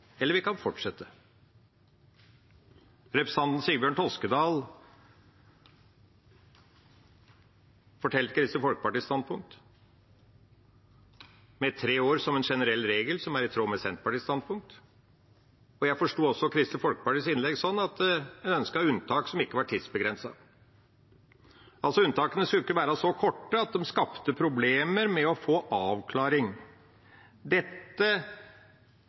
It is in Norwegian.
eller vi kan fortsette. Representanten Sigbjørn Toskedal fortalte om Kristelig Folkepartis standpunkt, med tre år som en generell regel, noe som er i tråd med Senterpartiets standpunkt. Jeg forsto også Kristelig Folkepartis innlegg sånn at en ønsket unntak som ikke var tidsbegrensede – altså skulle ikke unntakene være så korte at de skapte problemer med å få avklaring. Dette